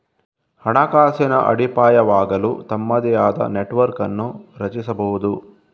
ಹಣಕಾಸಿನ ಅಡಿಪಾಯವಾಗಲು ತಮ್ಮದೇ ಆದ ನೆಟ್ವರ್ಕ್ ಅನ್ನು ರಚಿಸಬಹುದು